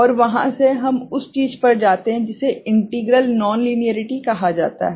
और वहां से हम उस चीज़ पर जाते हैं जिसे इंटीग्रल नॉन लीनियरिटी कहा जाता है